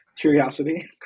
Curiosity